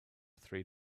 three